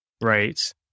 right